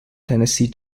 tennessee